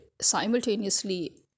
simultaneously